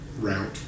route